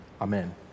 Amen